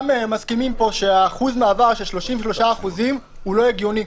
מסכימים פה ששיעור מעבר של 33% הוא לא הגיוני.